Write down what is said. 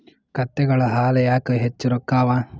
ಕತ್ತೆಗಳ ಹಾಲ ಯಾಕ ಹೆಚ್ಚ ರೊಕ್ಕ ಅವಾ?